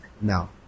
Now